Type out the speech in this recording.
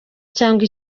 cyangwa